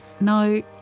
no